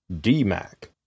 D-Mac